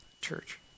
church